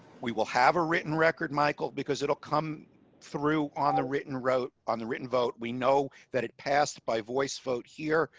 we will have a written record michael because it'll come through on the written wrote on the written vote, we know that it passed by voice vote here.